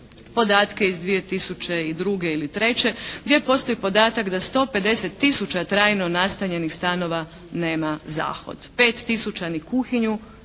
podatke iz 2002. ili 2003., gdje postoji podatak da 150 tisuća trajno nastanjenih stanova nema zahod.